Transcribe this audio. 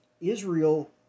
Israel